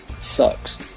sucks